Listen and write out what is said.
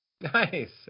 Nice